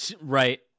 Right